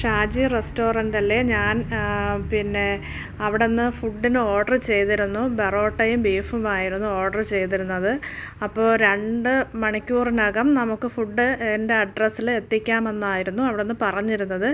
ഷാജ് റെസ്റ്റോറന്റല്ലേ ഞാന് പിന്നെ അവിടെനിന്ന് ഫുഡ്ഡിന് ഓര്ഡര് ചെയ്തിരുന്നു പൊറോട്ടയും ബീഫുമായിരുന്നു ഓര്ഡര് ചെയ്തിരുന്നത് അപ്പോൾ രണ്ടു മണിക്കൂറിനകം നമുക്ക് ഫുഡ് എന്റെ അഡ്രസ്സില് എത്തിക്കാമെന്നായിരുന്നു അവിടെനിന്ന് പറഞ്ഞിരുന്നത്